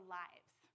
lives